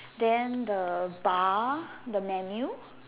then the bar the menu